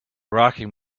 rocking